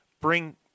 Bring